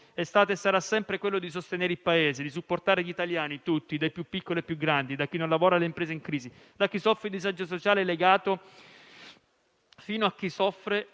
stato e sarà sempre quello di sostenere il Paese e supportare gli italiani tutti (dai più piccoli ai più grandi, da chi non lavora, alle imprese in crisi, da chi soffre il disagio sociale a chi è